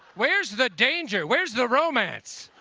where's the dangerous? where's the romance?